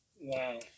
Wow